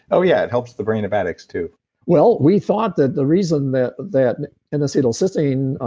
oh yeah, it helps the brain of addicts too well, we thought that the reason that that inositol cysteine,